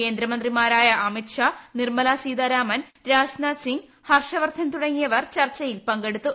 കേന്ദ്രമന്ത്രിമാരായ അമിത്ഷാ നിർമ്മല സീതാരാമൻ രാജ്നാഥ് സിംഗ് ഹർഷ വർദ്ധൻ തുടങ്ങിയവർ ചർച്ചയിൽ പങ്കെടുത്തു